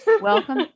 Welcome